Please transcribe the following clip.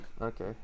Okay